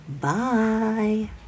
bye